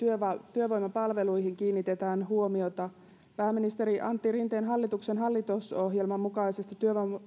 työvoimapalveluihin kiinnitetään huomiota pääministeri antti rinteen hallituksen hallitusohjelman mukaisesti